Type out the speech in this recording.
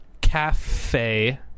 Cafe